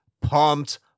pumped